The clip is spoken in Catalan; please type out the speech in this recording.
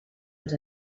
dels